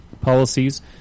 policies